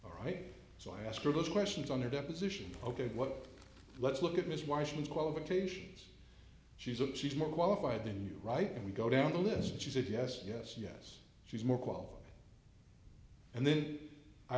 a right so i ask her those questions on her deposition ok what let's look at ms why she's qualifications she's up she's more qualified than you're right and we go down the list and she said yes yes yes she's more qualified and then i